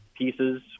Pieces